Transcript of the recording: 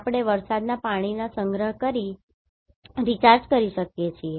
આપણે વરસાદના પાણીના સંગ્રહ કરી ને Aquifers રિચાર્જ કરી શકીએ છીએ